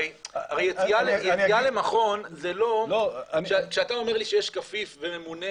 הרי יציאה למכון זה לא כשאתה אומר לי שיש כפיף וממונה